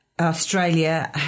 Australia